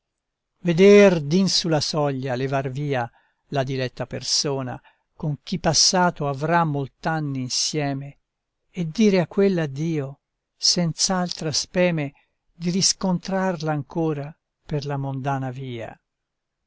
veder d'in su la soglia levar via la diletta persona con chi passato avrà molt'anni insieme e dire a quella addio senz'altra speme di riscontrarla ancora per la mondana via